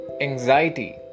anxiety